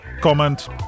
comment